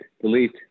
delete